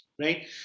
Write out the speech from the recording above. right